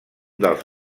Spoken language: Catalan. dels